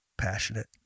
passionate